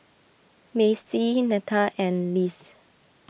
Macie Netta and Lise